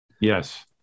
Yes